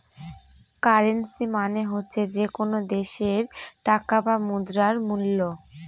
currency মানে হচ্ছে যে কোনো দেশের টাকা বা মুদ্রার মুল্য